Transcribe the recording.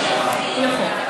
נכון,